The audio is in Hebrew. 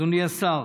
אדוני השר,